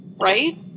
right